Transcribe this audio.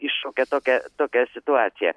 iššaukė tokią tokią situaciją